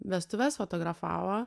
vestuves fotografavo